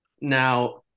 Now